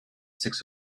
six